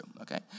okay